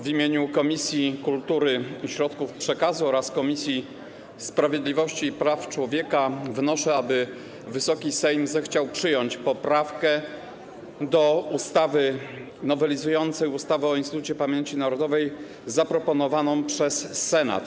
W imieniu Kultury i Środków Przekazu oraz Komisji Sprawiedliwości i Praw Człowieka wnoszę, aby Wysoki Sejm zechciał przyjąć poprawkę do ustawy nowelizującej ustawę o Instytucie Pamięci Narodowej zaproponowaną przez Senat.